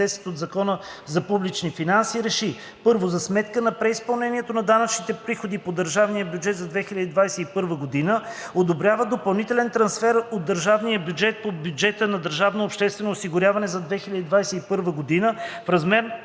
от Закона за публичните финанси РЕШИ: 1. За сметка на преизпълнението на данъчните приходи по държавния бюджет за 2021 г. одобрява допълнителен трансфер от държавния бюджет по бюджета на държавното